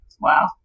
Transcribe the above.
Wow